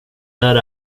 där